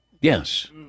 Yes